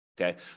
Okay